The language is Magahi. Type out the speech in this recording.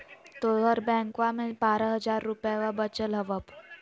तोहर बैंकवा मे बारह हज़ार रूपयवा वचल हवब